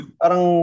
parang